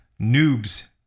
Noobs